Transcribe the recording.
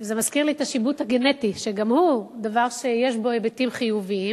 זה מזכיר לי את השיבוט הגנטי שגם הוא דבר שיש בו היבטים חיוביים